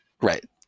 Right